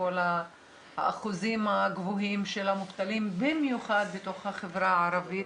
וכל האחוזים הגבוהים של המובטלים במיוחד בתוך החברה הערבית,